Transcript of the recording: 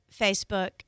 Facebook